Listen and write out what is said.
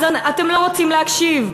אתם לא רוצים להקשיב,